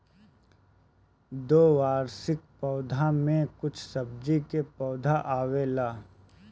द्विवार्षिक पौधा में कुछ सब्जी के पौधा आवेला